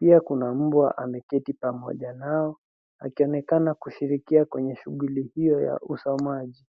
Pia kuna mbwa ameketi pamoja nao, akionekana kushirikia kwenye shughuli hiyo ya usomaji.